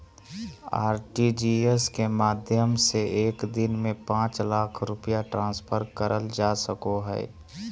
RTGS के माध्यम से एक दिन में पांच लाख रुपया ट्रांसफर करल जा सको हय